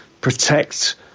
protect